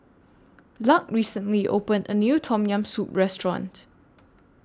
Luc recently opened A New Tom Yam Soup Restaurant